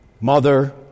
mother